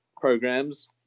programs